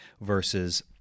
versus